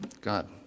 God